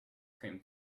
cream